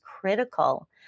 critical